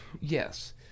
Yes